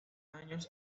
años